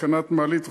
התקנת מעלית וכדומה.